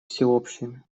всеобщими